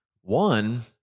One